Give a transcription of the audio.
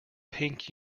pink